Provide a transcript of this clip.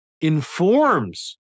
informs